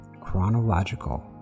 Chronological